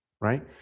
right